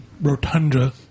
rotunda